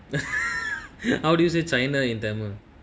how do you say china in tamil